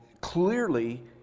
clearly